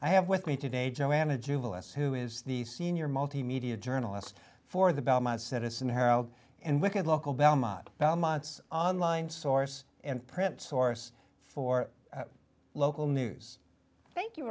i have with me today joanna jubilance who is the senior multimedia journalist for the belmont citizen herald and wicked local belmont belmont's online source and print source for local news thank you